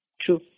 True